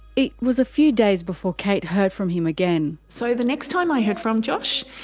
it was a few days before kate heard from him again. so the next time i heard from josh,